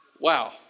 Wow